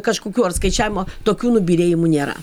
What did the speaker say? kažkokių ar skaičiavimo tokių nubyrėjimų nėra